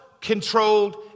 controlled